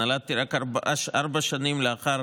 נולדתי רק ארבע שנים לאחר